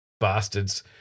bastards